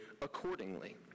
accordingly